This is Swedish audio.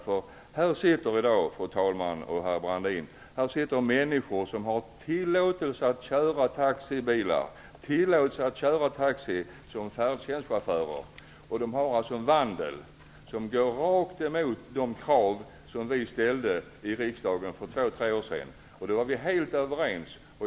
Det är fråga om, fru talman och herr Brandin, människor som i dag tillåts köra taxi, som färdtjänstchaufförer, som har en vandel som går rakt emot de krav som vi ställde i riksdagen för två tre år sedan. Då var vi helt överens.